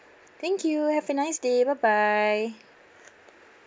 thank you have a nice day bye bye